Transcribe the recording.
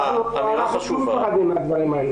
כל פעם הייתי צריכה להסביר להם שאני יודעת מה זה כאבים.